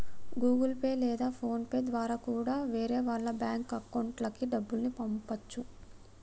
Google pay లేదా PhonePe ద్వారా కూడా వేరే వాళ్ళ బ్యేంకు అకౌంట్లకి డబ్బుల్ని పంపచ్చు